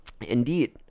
Indeed